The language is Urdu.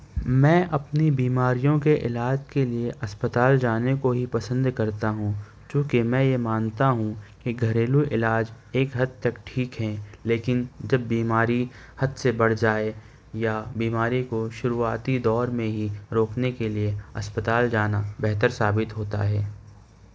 میں اپنی بیماریوں کے علاج کے لیے اسپتال جانے کو ہی پسند کرتا ہوں چوں کہ میں یہ مانتا ہوں کہ گھریلو علاج ایک حد تک ٹھیک ہیں لیکن جب بیماری حد سے بڑھ جائے یا بیماری کو شروعاتی دور میں ہی روکنے کے لیے اسپتال جانا بہتر ثابت ہوتا ہے